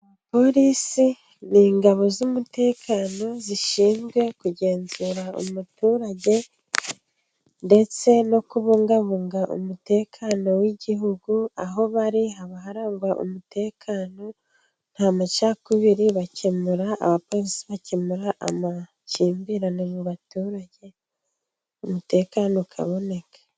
Polisi ni ingabo z'umutekano zishinzwe kugenzura umuturage ndetse no kubungabunga umutekano w'igihugu, aho bari haba harangwa umutekano nta macakubiri, bakemura abapolisi bakemura amakimbirane mu baturage, umutekano ukaboneke.